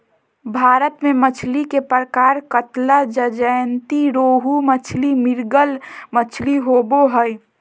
भारत में मछली के प्रकार कतला, ज्जयंती रोहू मछली, मृगल मछली होबो हइ